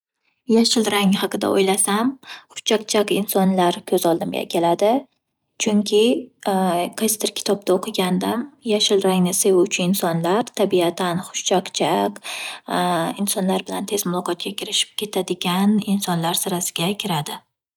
Yashil rang haqida o’ylasam, hushchaqchaq insonlar ko’z oldimga keladi chunki qaysidir kitobda o’qigandim yashil rangni sevuvchi insonlar tabiatan hushchaqchaq insonlar bilan tez muloqotga kirishib ketadigan insonlar sirasiga kiradi.